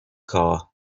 car